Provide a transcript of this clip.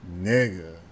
nigga